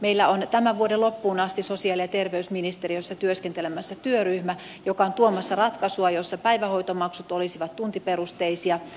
meillä on tämän vuoden loppuun asti sosiaali ja terveysministeriössä työskentelemässä työryhmä joka on tuomassa ratkaisua jossa päivähoitomaksut olisivat tuntiperusteisia